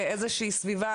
איזה שהיא סביבה,